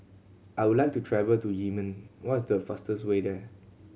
I would like to travel to Yemen what is the fastest way there